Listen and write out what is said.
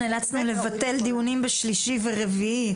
נאלצנו לבטל דיונים בשלישי ורביעי.